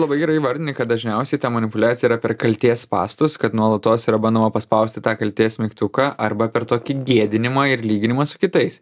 labai gerai įvardinai kad dažniausiai ta manipuliacija yra per kaltės spąstus kad nuolatos yra bandoma paspausti tą kaltės mygtuką arba per tokį gėdinimą ir lyginimą su kitais